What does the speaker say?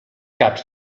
caps